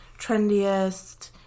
trendiest